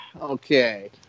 Okay